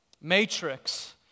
matrix